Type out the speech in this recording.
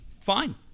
Fine